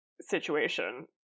situation